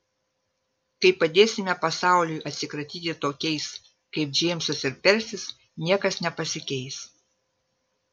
kai padėsime pasauliui atsikratyti tokiais kaip džeimsas ir persis niekas nepasikeis